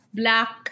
black